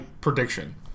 prediction